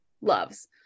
loves